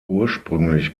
ursprünglich